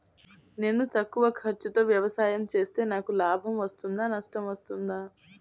నేను తక్కువ ఖర్చుతో వ్యవసాయం చేస్తే నాకు లాభం వస్తుందా నష్టం వస్తుందా?